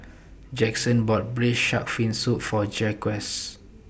Jackson bought Braised Shark Fin Soup For Jaquez